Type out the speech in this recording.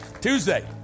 Tuesday